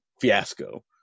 fiasco